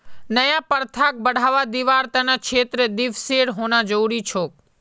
नया प्रथाक बढ़वा दीबार त न क्षेत्र दिवसेर होना जरूरी छोक